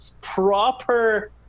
proper